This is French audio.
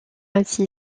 ainsi